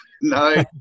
No